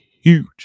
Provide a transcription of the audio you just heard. Huge